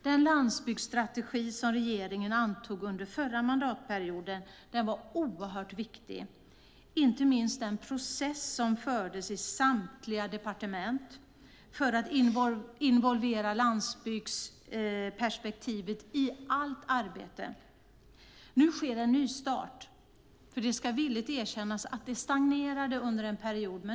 Den landsbygdsstrategi som regeringen antog under förra mandatperioden var oerhört viktig, inte minst den process som fördes i samtliga departement för att involvera landsbygdsperspektivet i allt arbete. Nu sker en nystart. Det ska villigt erkännas att arbetet stagnerade en period.